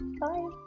Bye